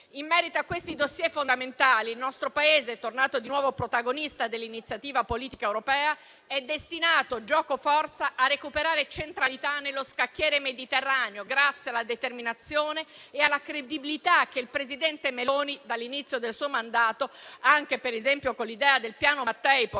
In merito a questi *dossier* fondamentali, il nostro Paese, tornato di nuovo protagonista dell'iniziativa politica europea, è destinato giocoforza a recuperare centralità nello scacchiere mediterraneo, grazie alla determinazione e alla credibilità che il presidente Meloni, dall'inizio del suo mandato, anche per esempio con l'idea del piano Mattei,